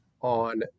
on